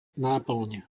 náplň